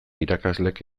irakaslek